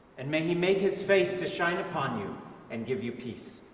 and may he make his face to shine upon you and give you peace.